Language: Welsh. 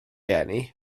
eni